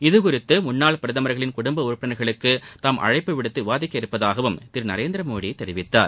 இதுகுறித்து முன்னாள் பிரதமர்களின் குடும்ப உறுப்பினர்களுக்கு தாம் அழைப்பு விடுத்து விவாதிக்க உள்ளதாகவும் திரு நரேந்திர மோடி தெரிவித்தார்